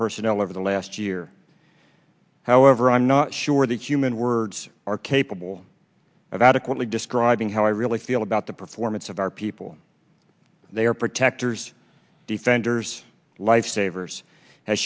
personnel over the last year however i'm not sure the human words are capable of adequately describing how i really feel about the performance of our people they are protectors defenders lifesavers has